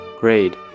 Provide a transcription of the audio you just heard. Grade